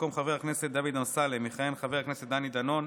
במקום חבר הכנסת דוד אמסלם יכהן חבר הכנסת דני דנון,